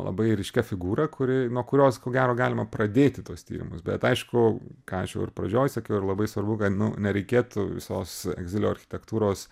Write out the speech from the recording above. labai ryškia figūra kuri nuo kurios ko gero galima pradėti tuos tyrimus bet aišku ką aš jau ir pradžioj sakiau ir labai svarbu kad nu nereikėtų visos egzilio architektūros